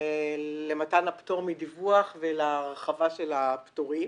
למתן הפטור מדיווח ולהרחבה של הפטורים.